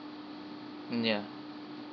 mm ya